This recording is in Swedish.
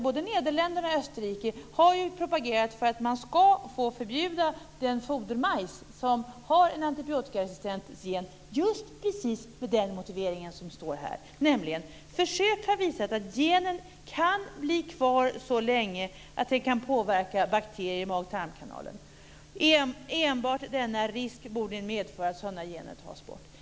Både Nederländerna och Österrike har propagerat för att man ska få förbjuda den fodermajs som har en antibiotikaresistent gen med just precis den motiveringen som står här, nämligen: Försök har visat att genen kan bli kvar så länge att den kan påverka bakterier i mag-tarmkanalen. Enbart denna risk borde medföra att sådana gener tas bort.